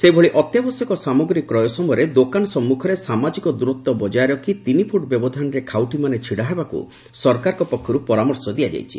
ସେହିଭଳି ଅତ୍ୟବଶ୍ୟକ ସାମଗ୍ରୀ କ୍ରୟ ସମୟରେ ଦୋକାନ ସମ୍ମଖରେ ସାମାଜିକ ଦୂରତ୍ୱ ବକାୟ ରଖି ତିନି ଫୁଟ ବ୍ୟବଧାନରେ ଖାଉଟିମାନେ ଛିଡ଼ା ହେବାକୁ ସରକାରଙ୍କ ପକ୍ଷର୍ଠ ପରାମର୍ଶ ଦିଆଯାଇଛି